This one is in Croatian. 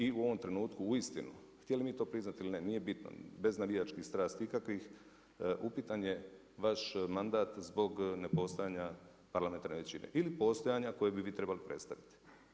I u ovom trenutku uistinu htjeli mi to priznati ili ne, nije bitno bez navijačkih strasti ikakvih upitan je vaš mandat zbog nepostojanja parlamentarne većine ili postojanja koje bi vi trebali predstaviti.